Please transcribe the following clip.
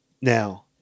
now